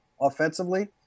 offensively